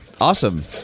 Awesome